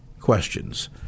questions